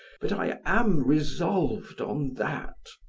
but i am resolved on that.